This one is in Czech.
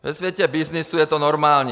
Ve světě byznysu je to normální.